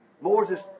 Moses